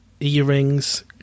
earrings